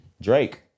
Drake